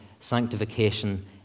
sanctification